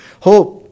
hope